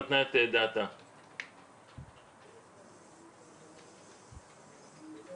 בדיוק הדברים האלה עלולים לקרות ואם הדבר הזה ייכנס לתוקף